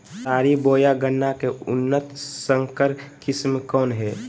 केतारी बोया गन्ना के उन्नत संकर किस्म कौन है?